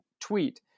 tweet